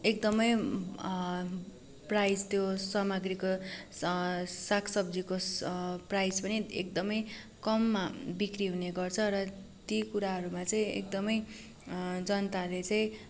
एकदमै प्राइस त्यो सामाग्रीको साग सब्जीको प्राइस पनि एकदमै कममा बिक्री हुने गर्छ र ती कुराहरूमा चाहिँ एकदमै जनताले चाहिँ